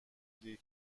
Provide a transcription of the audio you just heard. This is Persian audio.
دیر